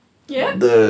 yup